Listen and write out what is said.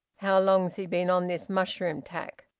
how long's he been on this mushroom tack?